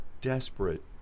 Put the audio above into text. desperate